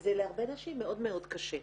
וזה להרבה נשים מאוד מאוד קשה.